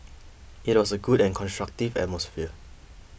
it was a good and constructive atmosphere